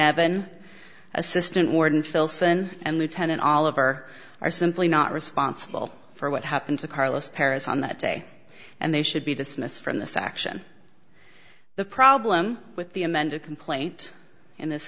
never an assistant warden filson and lieutenant all over are simply not responsible for what happened to carlos paris on that day and they should be dismissed from the faction the problem with the amended complaint in this